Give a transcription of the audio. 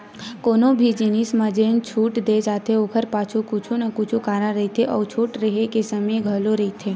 कोनो भी जिनिस म जेन छूट दे जाथे ओखर पाछू कुछु न कुछु कारन रहिथे अउ छूट रेहे के समे घलो रहिथे